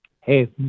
Hey